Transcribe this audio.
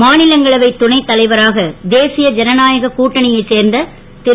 மாநிலங்களவை துணை தலைவராக தேசிய ஜனநாயக கூட்டணியை சேர்ந்த திரு